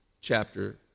chapter